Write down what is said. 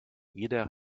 jeder